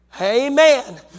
Amen